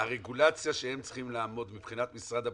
הרגולציה שהם צריכים לעמוד מבחינת משרד הבריאות,